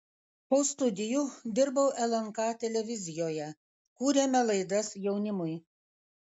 po studijų dirbau lnk televizijoje kūrėme laidas jaunimui